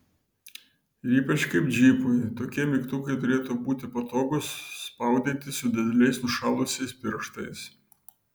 ir ypač kaip džipui tokie mygtukai turėtų būti patogūs spaudyti su dideliais nušalusiais pirštais